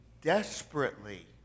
desperately